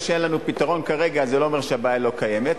זה שאין לנו פתרון כרגע לא אומר שהבעיה לא קיימת,